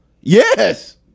Yes